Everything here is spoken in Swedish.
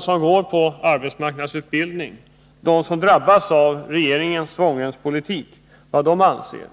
som går på arbetsmarknadsutbildning och som drabbas av regeringens svångremspolitik, anser.